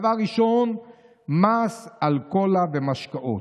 דבר ראשון, מס על קולה ומשקאות.